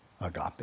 agape